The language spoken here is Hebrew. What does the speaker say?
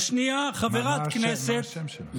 השנייה, חברת כנסת, מה השם שלו?